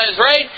right